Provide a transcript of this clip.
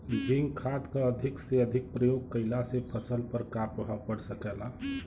Zinc खाद क अधिक से अधिक प्रयोग कइला से फसल पर का प्रभाव पड़ सकेला?